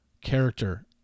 character